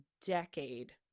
decade